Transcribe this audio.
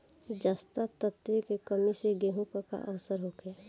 जस्ता तत्व के कमी से गेंहू पर का असर होखे?